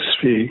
speak